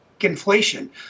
inflation